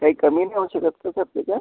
काही कमी नाही होऊ शकत का सर त्याच्यात